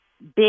big